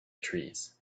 trees